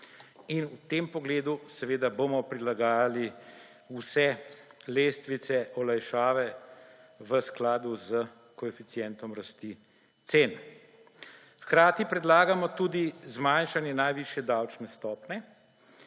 in v tem pogledu seveda bomo prilagajali vse lestvice olajšave v skladu s koeficientom rasti cen. Hkrati predlagamo tudi zmanjšanje najvišje davčne stopnje